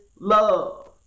love